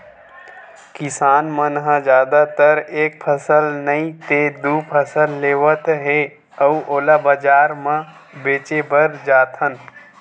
किसान मन ह जादातर एक फसल नइ ते दू फसल लेवत हे अउ ओला बजार म बेचे बर जाथन